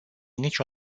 nici